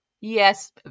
Yes